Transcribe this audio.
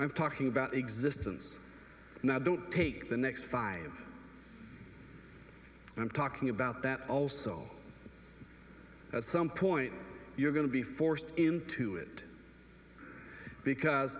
i'm talking about existence now don't take the next five i'm talking about that also at some point you're going to be forced into it because